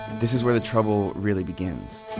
this is where the trouble really begins.